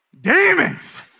demons